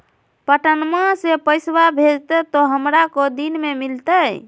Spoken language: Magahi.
पटनमा से पैसबा भेजते तो हमारा को दिन मे मिलते?